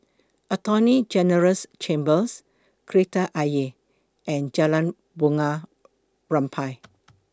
Attorney General's Chambers Kreta Ayer and Jalan Bunga Rampai